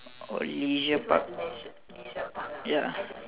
or Leisure Park ya